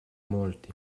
molti